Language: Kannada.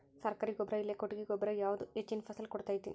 ಸರ್ಕಾರಿ ಗೊಬ್ಬರ ಇಲ್ಲಾ ಕೊಟ್ಟಿಗೆ ಗೊಬ್ಬರ ಯಾವುದು ಹೆಚ್ಚಿನ ಫಸಲ್ ಕೊಡತೈತಿ?